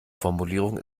formulierung